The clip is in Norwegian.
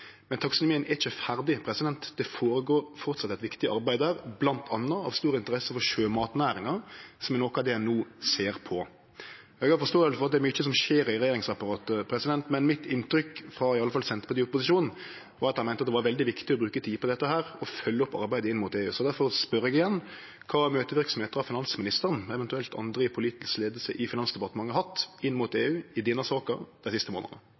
Men taksonomien er ikkje ferdig. Det føregår framleis eit viktig arbeid der, bl.a. av stor interesse for sjømatnæringa, som er noko av det ein no ser på. Eg forstår at det er mykje som skjer i regjeringsapparatet, men mitt inntrykk frå iallfall Senterpartiet i opposisjon er at dei meinte det var veldig viktig å bruke tid på dette og følgje opp arbeidet inn mot EU. Difor spør eg igjen: Kva møteverksemd har finansministeren, eventuelt andre i politisk leiing i Finansdepartementet, hatt inn mot EU i denne saka dei siste månadene?